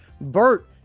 Bert